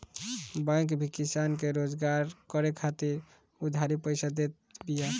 bank भी किसान के रोजगार करे खातिर उधारी पईसा देत बिया